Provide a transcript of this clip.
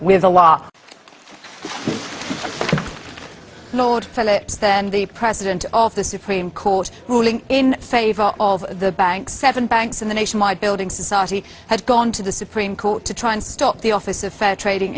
with the law lord phillips then the president of the supreme court ruling in favor of the banks seven banks in the nationwide building society had gone to the supreme court to try and stop the office of fair trading